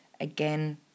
Again